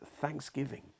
thanksgiving